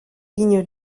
lignes